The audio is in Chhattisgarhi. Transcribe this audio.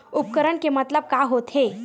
उपकरण के मतलब का होथे?